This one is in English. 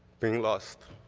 being lost.